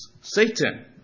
Satan